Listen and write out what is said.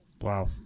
Wow